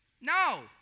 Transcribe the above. No